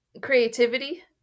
creativity